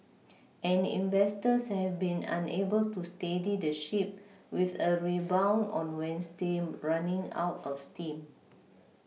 and investors have been unable to steady the ship with a rebound on wednesday running out of steam